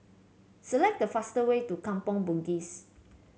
select the fastest way to Kampong Bugis